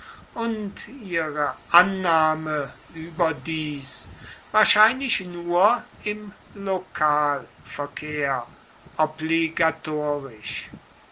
und ihre annahme überdies wahrscheinlich nur im lokalverkehr